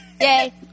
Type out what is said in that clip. Yay